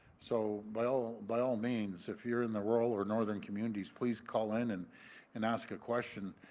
so, by all by all means, if you are in the rural or northern communities, please call in and and ask a question.